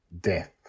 Death